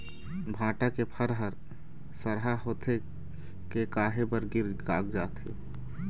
भांटा के फर हर सरहा होथे के काहे बर गिर कागजात हे?